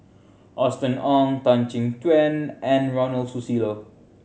Austen Ong Tan Chin Tuan and Ronald Susilo